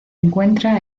encuentra